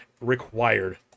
required